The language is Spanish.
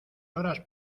horas